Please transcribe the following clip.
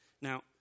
Now